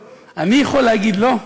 אני לא מבין, אני יכול להגיד לא?